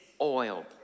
oil